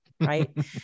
right